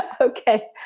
okay